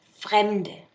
Fremde